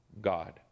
God